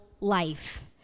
life